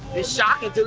it's shocking to the